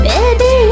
Baby